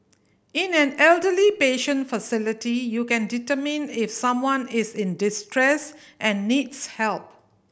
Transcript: in an elderly patient facility you can determine if someone is in distress and needs help